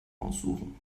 aussuchen